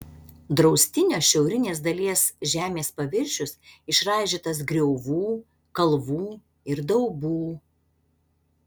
draustinio šiaurinės dalies žemės paviršius išraižytas griovų kalvų ir daubų